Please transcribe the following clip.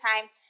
time